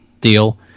deal